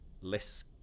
less